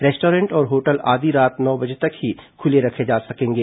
restaurant और hotel आदि रात नौ बजे तक ही खुले रखे जा सकेंगे